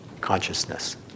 consciousness